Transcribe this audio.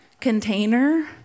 container